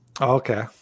Okay